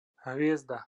hviezda